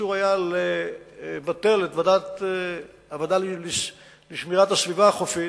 אסור היה לבטל את הוועדה לשמירת הסביבה החופית,